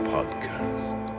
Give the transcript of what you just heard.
Podcast